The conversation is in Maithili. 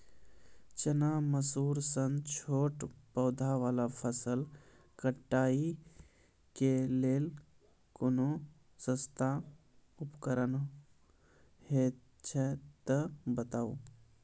चना, मसूर सन छोट पौधा वाला फसल कटाई के लेल कूनू सस्ता उपकरण हे छै तऽ बताऊ?